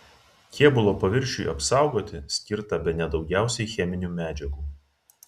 kėbulo paviršiui apsaugoti skirta bene daugiausiai cheminių medžiagų